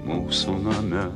mūsų name